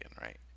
right